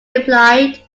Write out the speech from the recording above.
replied